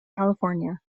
california